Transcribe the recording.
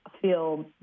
feel